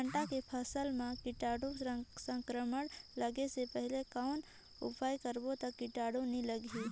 भांटा के फसल मां कीटाणु संक्रमण लगे से पहले कौन उपाय करबो ता कीटाणु नी लगही?